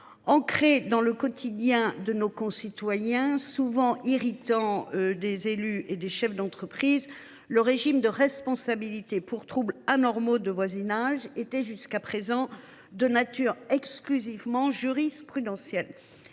Ancré dans le quotidien de nos concitoyens, constituant souvent un irritant pour les élus et les chefs d’entreprise, le régime juridique de la responsabilité pour troubles anormaux de voisinage était jusqu’à présent de nature exclusivement jurisprudentielle.